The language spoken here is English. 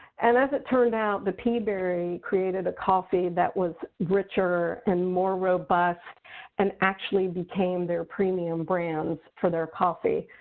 and as it turned out, the peaberry created a coffee that was richer and more robust and actually became their premium brands for their coffee.